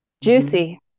juicy